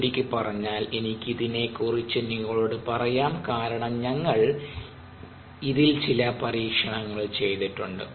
ചുരുക്കി പറഞ്ഞാൽ എനിക്കിതിനെ കുറിച്ച് നിങ്ങളോട് പറയാം കാരണം ഞങ്ങൾ ഇതിൽ ചില പരീക്ഷണങ്ങൾ ചെയ്തിട്ടുണ്ട്